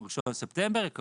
ב-1 בספטמבר הם יקבלו.